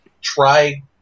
try